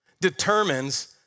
determines